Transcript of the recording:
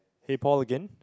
again